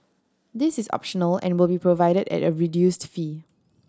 this is optional and will be provided at a reduced fee